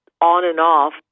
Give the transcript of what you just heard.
on-and-off